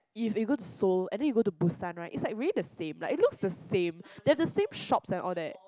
if you go to Seoul and then you go to Busan right it's like really the same like it looks the same they have the same shops and all that